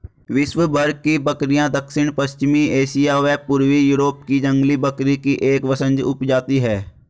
विश्वभर की बकरियाँ दक्षिण पश्चिमी एशिया व पूर्वी यूरोप की जंगली बकरी की एक वंशज उपजाति है